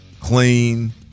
clean